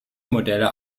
modelle